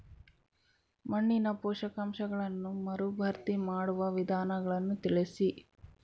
ಮಣ್ಣಿನ ಪೋಷಕಾಂಶಗಳನ್ನು ಮರುಭರ್ತಿ ಮಾಡುವ ವಿಧಾನಗಳನ್ನು ತಿಳಿಸಿ?